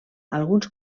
alguns